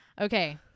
Okay